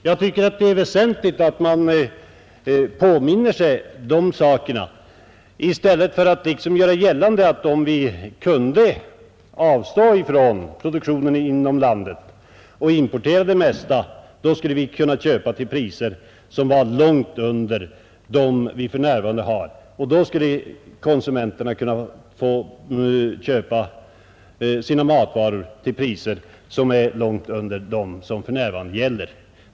Jag tycker att det är viktigt att påminna om sådana saker i stället för att göra gällande att om vi kunde avstå från produktionen inom landet och i stället importera det mesta av vad vi behöver, skulle konsumenterna köpa sina matvaror till priser långt under dem som för närvarande gäller.